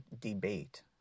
debate